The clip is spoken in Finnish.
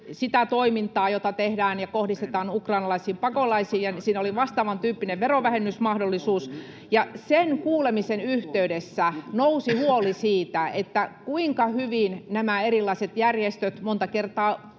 sitä toimintaa, jota tehdään ja kohdistetaan ukrainalaisiin pakolaisiin, ja siinä oli vastaavan tyyppinen verovähennysmahdollisuus. Sen kuulemisen yhteydessä nousi huoli siitä, kuinka hyvin nämä erilaiset järjestöt — monta kertaa